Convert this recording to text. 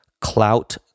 clout